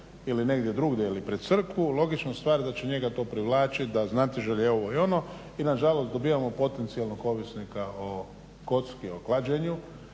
ili negdje drugdje ili pred crkvu, logična stvar da će njega to privlačit, da znatiželja i ovo i ono i nažalost dobivamo potencijalnog ovisnika o kocki, o klađenju,